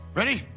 ready